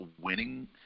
winning